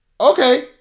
okay